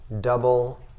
double